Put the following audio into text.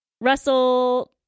Russell